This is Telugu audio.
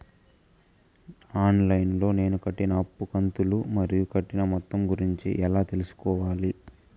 ఆన్ లైను లో నేను కట్టిన అప్పు కంతులు మరియు కట్టిన మొత్తం గురించి ఎలా తెలుసుకోవాలి?